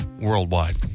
worldwide